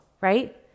right